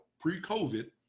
pre-COVID